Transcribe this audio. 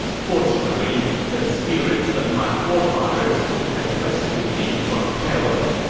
fortunately, the spirits of my forefathers have rescued me from peril.